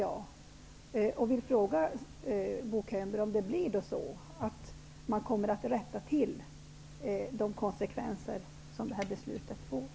Jag vill därför fråga Bo Könberg: Kommer man att rätta till de konsekvenser som det här beslutet får?